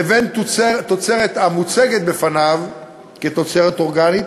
לבין תוצרת המוצגת בפניו כתוצרת אורגנית,